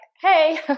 hey